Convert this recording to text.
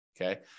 okay